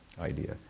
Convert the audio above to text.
idea